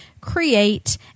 create